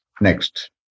Next